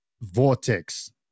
Vortex